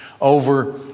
over